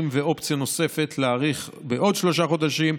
ואופציה נוספת להאריך בעוד שלושה חודשים.